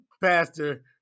pastor